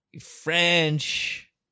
French